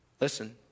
Listen